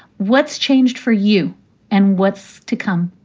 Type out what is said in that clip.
what's changed for you and what's to come?